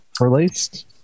released